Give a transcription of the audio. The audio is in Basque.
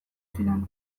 zidan